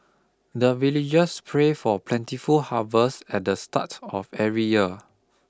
the villagers pray for plentiful harvest at the start of every year